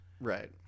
Right